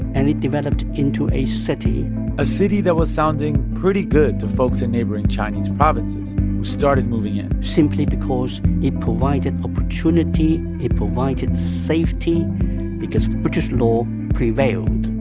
and it developed into a city a city that was sounding pretty good to folks in neighboring chinese provinces, who started moving in simply because it provided opportunity, it provided safety because british law prevailed,